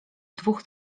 dwóch